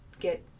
get